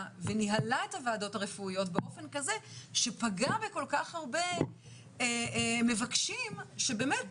וניהלה את הועדות הרפואיות באופן כזה שפגע בכל כך הרבה מבקשים שבאמת,